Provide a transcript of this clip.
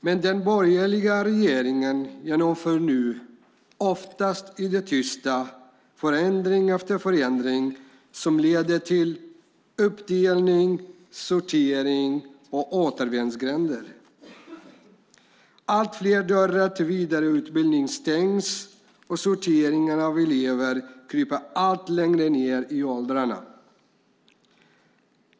Men den borgerliga regeringen genomför nu, oftast i det tysta, förändring efter förändring som leder till uppdelning, sortering och återvändsgränder. Allt fler dörrar till vidareutbildningar stängs och sorteringen av elever kryper allt längre ned i åldrarna.